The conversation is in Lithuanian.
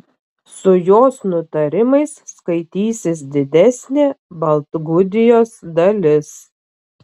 su jos nutarimais skaitysis didesnė baltgudijos dalis